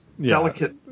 delicate